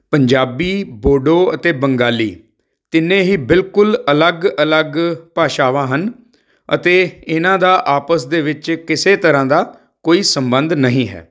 ਪੰਜਾਬੀ ਬੋਡੋ ਅਤੇ ਬੰਗਾਲੀ ਤਿੰਨੇ ਹੀ ਬਿਲਕੁਲ ਅਲੱਗ ਅਲੱਗ ਭਾਸ਼ਾਵਾਂ ਹਨ ਅਤੇ ਇਹਨਾਂ ਦਾ ਆਪਸ ਦੇ ਵਿੱਚ ਕਿਸੇ ਤਰ੍ਹਾਂ ਦਾ ਕੋਈ ਸੰਬੰਧ ਨਹੀਂ ਹੈ